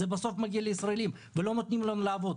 זה בסוף מגיע לישראלים, ולא נותנים לנו לעבוד.